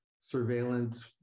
surveillance